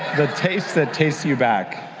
the taste that tastes you back